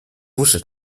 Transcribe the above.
出使